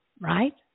right